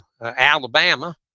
Alabama